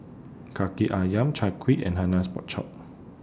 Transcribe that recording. Kaki Ayam Chai Kuih and Hainanese Pork Chop